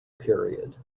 period